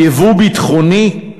יבוא ביטחוני,